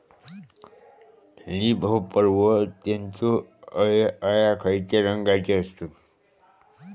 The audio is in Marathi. लीप होपर व त्यानचो अळ्या खैचे रंगाचे असतत?